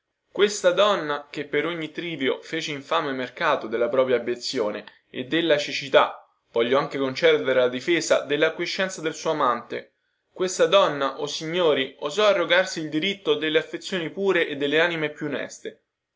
questa donna che per ogni trivio fece infame mercato della propria abbiezione e della cecità voglio anche concedere alla difesa della acquiescenza del suo amante questa donna o signori osò arrogarsi il diritto delle affezioni pure e delle anime più oneste